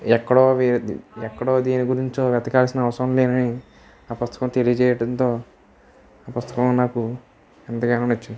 ఎక్కడో దీని ఎక్కడో దీని గురించో వెతకనవసరం లేదు ఆ పుస్తకం తెలియచేయడంతో ఆ పుస్తకం నాకు ఎంతగానో నచ్చింది